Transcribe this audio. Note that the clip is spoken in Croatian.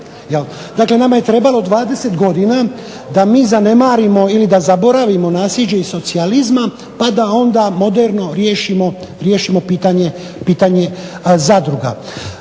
Nama je trebalo 20 godina da mi zanemarimo ili da zaboravimo naslijeđe iz socijalizma pa da moderno riješimo pitanje zadruga.